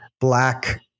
black